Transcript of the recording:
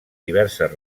diverses